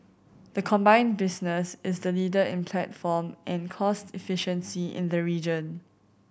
the combined business is the leader in platform and cost efficiency in the region